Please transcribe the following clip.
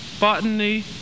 botany